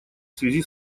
связи